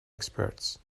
experts